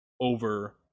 over